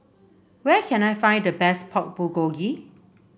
where can I find the best Pork Bulgogi